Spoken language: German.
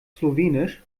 slowenisch